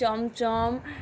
chamcham